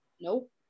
Nope